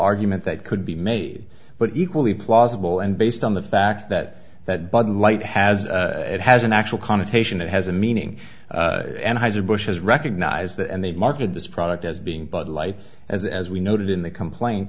argument that could be made but equally plausible and based on the fact that that bud light has it has an actual connotation it has a meaning and has a bush has recognized that and they marketed this product as being bud light as as we noted in the complaint